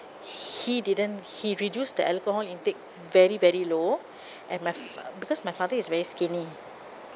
he didn't he reduce the alcohol intake very very low and my F~ because my father is very skinny